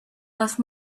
left